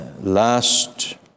last